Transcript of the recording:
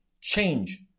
change